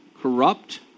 corrupt